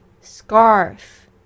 Scarf